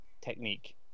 technique